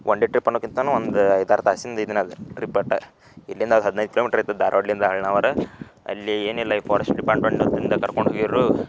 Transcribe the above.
one day trip ಅನ್ನುಕಿಂತನೂ ಒಂದು ಐದು ಆರು ತಾಸಿಂದ ಇದ್ನದ ರಿಪ್ಪಟ್ಟ ಇಲ್ಲಿಂದ ಅದು ಹದಿನೈದು ಕಿಲೋ ಮೀಟ್ರ್ ಇತ್ತು ಧಾರವಾಡಲಿಂದ ಅಳ್ನಾವರ ಅಲ್ಲಿ ಏನಿಲ್ಲ ಈ ಫಾರೆಸ್ಟ್ ಡಿಪಾರ್ಟ್ಮೆಂಟ್ ನ ವತಿಯಿಂದ ಕರ್ಕೊಂಡು ಹೋಗಿರು